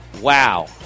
Wow